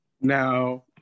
Now